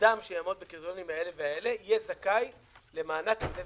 אדם שיעמוד בקריטריונים אלו ואלו יהיה זכאי למענק זה וזה.